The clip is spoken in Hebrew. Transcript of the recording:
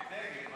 ההסתייגות